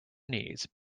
knees